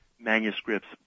manuscripts